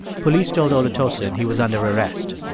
police told olutosin he was under arrest.